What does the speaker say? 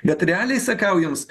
bet realiai sakau jums